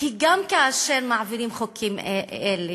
כי גם כאשר מעבירים חוקים אלו